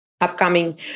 upcoming